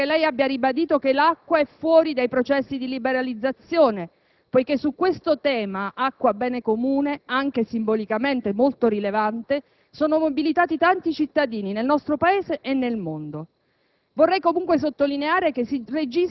È importante, a mio parere signor Presidente, che lei abbia ribadito che l'acqua è fuori dai processi di liberalizzazione, poiché su questo tema (acqua, bene comune), anche simbolicamente molto rilevante, sono mobilitati tanti cittadini nel nostro Paese e nel mondo.